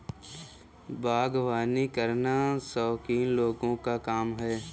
बागवानी करना शौकीन लोगों का काम है